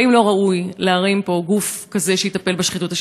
האם לא ראוי להרים פה גוף כזה שיטפל בשחיתות השלטונית?